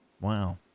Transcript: Wow